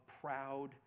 proud